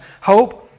hope